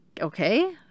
okay